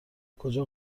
کجا